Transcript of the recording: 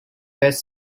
best